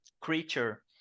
creature